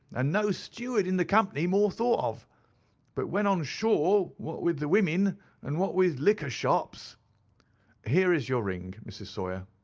and no steward in the company more thought of but when on shore, what with the women and what with liquor shops here is your ring, mrs. sawyer,